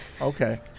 okay